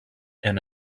and